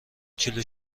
کیلو